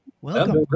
Welcome